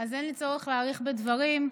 בצלאל סמוטריץ'.